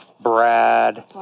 Brad